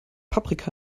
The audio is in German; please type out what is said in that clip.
paprika